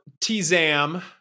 T-Zam